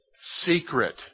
Secret